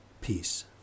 Peace